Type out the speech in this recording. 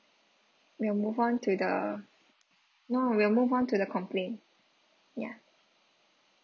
we'll move on to the no we'll move on to the complaint ya